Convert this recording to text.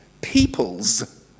peoples